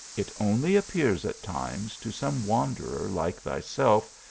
it only appears at times to some wanderer like thyself,